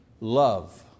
love